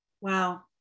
Wow